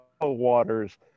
waters